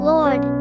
Lord